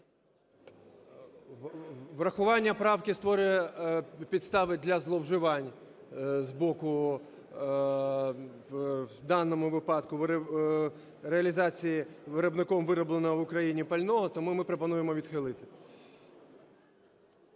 Врахування правки створює підстави для зловживань з боку, в даному випадку, реалізації виробником виробленого в Україні пального. Тому ми пропонуємо відхилити.